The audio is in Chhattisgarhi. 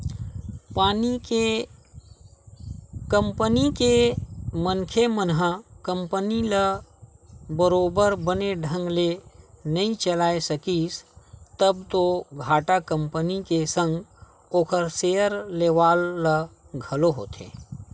कंपनी के मनखे मन ह कंपनी ल बरोबर बने ढंग ले नइ चलाय सकिस तब तो घाटा कंपनी के संग ओखर सेयर लेवाल ल घलो होथे